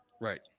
Right